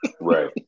right